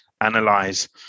analyze